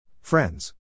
Friends